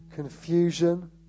Confusion